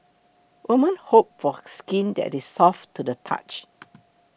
women hope for skin that is soft to the touch